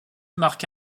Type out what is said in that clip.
marque